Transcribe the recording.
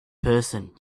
person